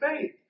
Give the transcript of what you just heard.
faith